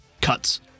cuts